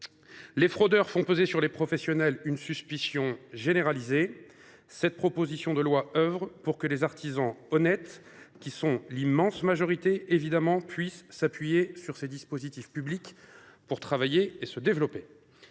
Les fraudeurs font peser sur les professionnels une suspicion généralisée. Cette proposition de loi vise à permettre aux artisans honnêtes, qui sont l’immense majorité, de s’appuyer sur ces dispositifs publics pour travailler et développer